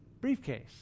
briefcase